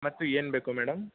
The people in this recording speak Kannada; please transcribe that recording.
ಮತ್ತು ಏನು ಬೇಕು ಮೇಡಮ್